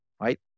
right